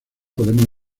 podemos